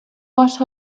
what